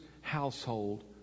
household